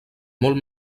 molt